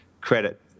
credit